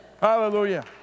Hallelujah